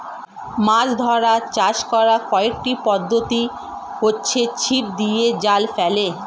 মাছ ধরা বা চাষ করার কয়েকটি পদ্ধতি হচ্ছে ছিপ দিয়ে, জাল ফেলে